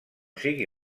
sigui